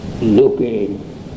looking